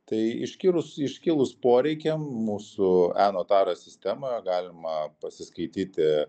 tai iškilus iškilus poreikiam mūsų enotaro sistemoje galima pasiskaityti